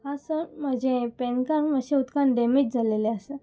आ sir म्हाजें PAN card मात्शें उदकान डॅमेज जाल्लेलें आसा